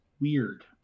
weird